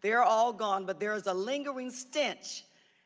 they are all gone but there's a lingering stench